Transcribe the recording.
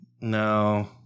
No